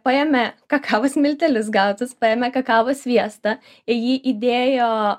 paėmė kakavos miltelius gautus paėmė kakavos sviestą į jį įdėjo